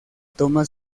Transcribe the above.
toma